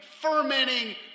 fermenting